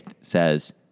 says